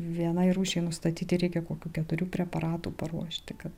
vienai rūšiai nustatyti reikia kokių keturių preparatų paruošti kad